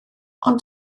ond